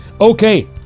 Okay